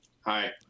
Hi